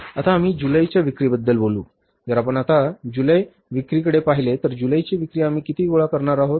आता आम्ही जुलैच्या विक्रीबद्दल बोलू जर आपण आता जुलै विक्रीकडे पाहिले तर जुलैची विक्री आम्ही किती गोळा करणार आहोत